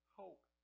hope